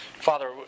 Father